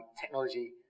Technology